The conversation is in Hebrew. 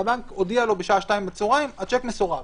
והבנק הודיע לו ב-14:00 שהשיק מסורב.